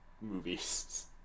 movies